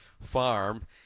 Farm